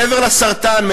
מעבר לסרטן,